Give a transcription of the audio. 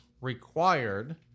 required